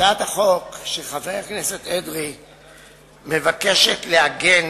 הצעת החוק של חבר הכנסת אדרי מבקשת לעגן